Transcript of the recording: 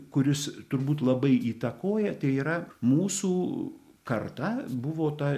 kuris turbūt labai įtakoja tai yra mūsų karta buvo ta